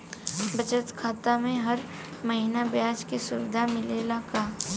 बचत खाता में हर महिना ब्याज के सुविधा मिलेला का?